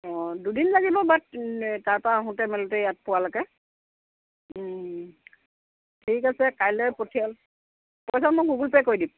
অঁ দুদিন লাগিব তাৰপা আহোঁতে মেলোতে ইয়াত পোৱালৈকে ঠিক আছে কাইলে পইচা মই গুগুল পে' কৰি দিম